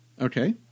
Okay